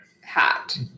hat